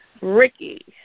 Ricky